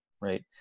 Right